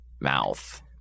mouth